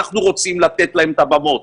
אנחנו רוצים לתת להם את הבמות.